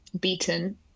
beaten